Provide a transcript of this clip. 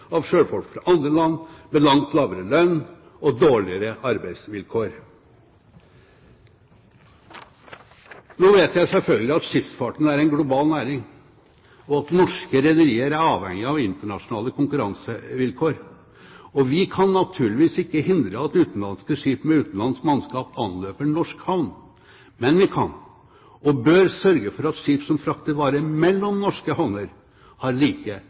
av sjøfolk fra andre land med langt lavere lønn og dårligere arbeidsvilkår. Nå vet jeg selvfølgelig at skipsfarten er en global næring, og at norske rederier er avhengig av internasjonale konkurransevilkår. Og vi kan naturligvis ikke hindre at utenlandske skip med utenlandsk mannskap anløper norsk havn, men vi kan og bør sørge for at skip som frakter varer mellom norske havner, har like